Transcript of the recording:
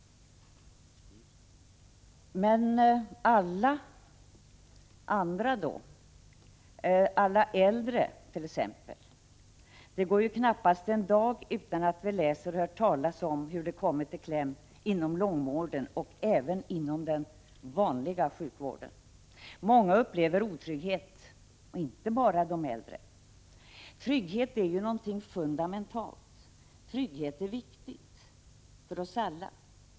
Men alla de andra då, t.ex. de äldre? Det går ju knappt en dag utan att vi läser och hör talas om hur de kommit i kläm inom långvården och även i den ”vanliga” sjukvården. Många upplever otrygghet, inte bara de äldre. Trygghet är någonting fundamentalt. Trygghet är viktigt för oss alla.